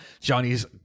Johnny's